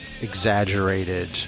exaggerated